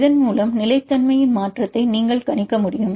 இதன் மூலம் நிலைத்தன்மையின் மாற்றத்தை நீங்கள் கணிக்க முடியும்